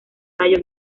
tallo